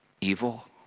evil